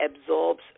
absorbs